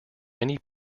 many